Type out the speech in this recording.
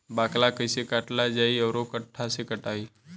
बाकला कईसे काटल जाई औरो कट्ठा से कटाई?